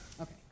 Okay